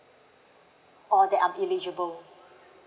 oh they are eligible